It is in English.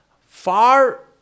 far